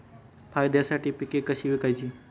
फायद्यासाठी पिके कशी विकायची?